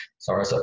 Sorry